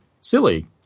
silly